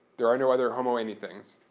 there are no other homo anythings.